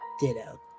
Ditto